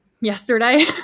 Yesterday